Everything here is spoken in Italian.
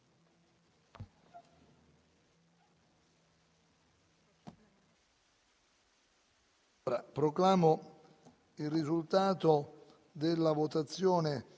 Proclamo il risultato della votazione